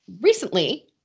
Recently